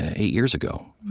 eight years ago